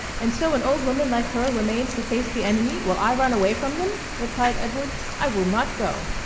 and so an old woman like her remains to face the enemy, while i run away from them! replied edward. i will not go.